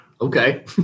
Okay